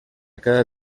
cada